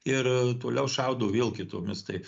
ir toliau šaudo vėl kitomis tai